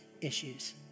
issues